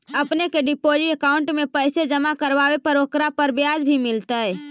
अपने के deposit account में पैसे जमा करवावे पर ओकरा पर ब्याज भी मिलतई